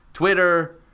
twitter